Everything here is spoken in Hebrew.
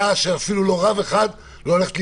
חנויות הרחוב בלבד.